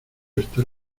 estar